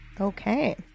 Okay